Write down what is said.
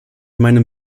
meinem